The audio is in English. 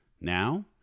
Now